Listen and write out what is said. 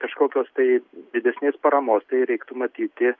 kažkokios tai didesnės paramos tai reiktų matyti